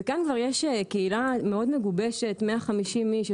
וכאן כבר יש קהילה מאוד מגובשת 150 איש,